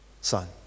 son